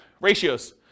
Ratios